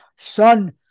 Son